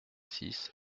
six